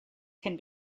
can